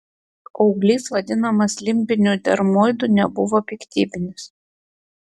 auglys vadinamas limbiniu dermoidu nebuvo piktybinis